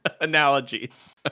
analogies